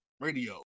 radio